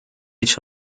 each